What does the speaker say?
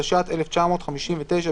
התשי"ט 1959,